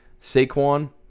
Saquon